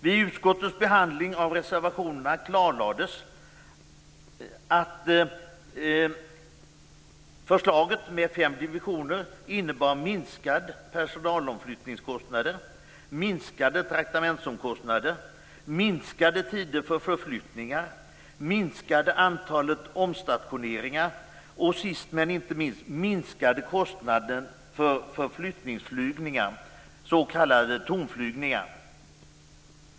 Vid utskottets behandling av reservationerna klarlades att förslaget om fem divisioner innebar minskade personalomflyttningskostnader, minskade traktamentsomkostnader, minskade tider för förflyttningar, minskat antal omstationeringar och sist men inte minst minskade kostnader för förflyttningsflygningar, s.k. tomflygningar.